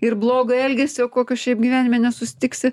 ir blogo elgesio kokio šiaip gyvenime nesusitiksi